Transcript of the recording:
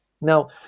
Now